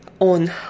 on